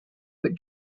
but